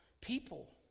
people